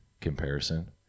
comparison